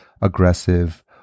aggressive